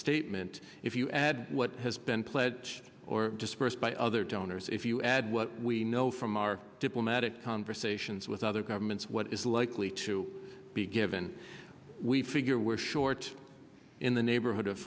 statement if you add what has been pledged or dispersed by other donors if you add what we know from our diplomatic conversations with other governments what is likely to be given we figure we're short in the neighborhood of